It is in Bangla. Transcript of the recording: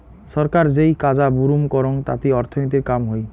ছরকার যেই কাজা বুরুম করং তাতি অর্থনীতির কাম হই